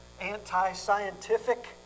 anti-scientific